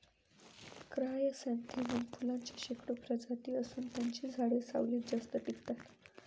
chrysanthemum फुलांच्या शेकडो प्रजाती असून त्यांची झाडे सावलीत जास्त टिकतात